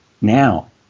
now